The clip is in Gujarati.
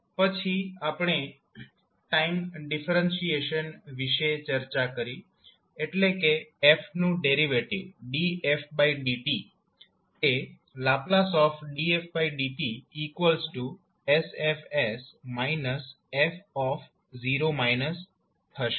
પછી આપણે ટાઈમ ડિફરન્શીએશન વિશે ચર્ચા કરી એટલે કે 𝑓 નું ડેરિવેટિવ dfdt તે ℒ dfdt 𝑠𝐹𝑠−𝑓0− થશે